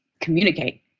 communicate